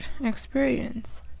experience